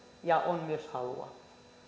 ja kaikilla on myös halua